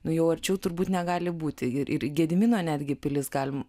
nu jau arčiau turbūt negali būti ir ir gedimino netgi pilis galim